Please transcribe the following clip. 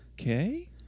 Okay